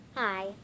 Hi